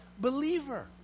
believer